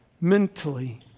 mentally